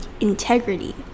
integrity